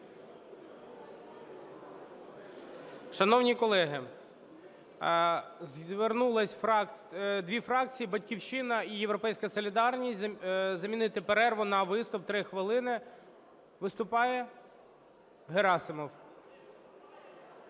Шановні колеги, звернулось дів фракції: "Батьківщина" і "Європейська солідарність" - замінити перерву на виступ в 3 хвилини. Виступає Герасимов.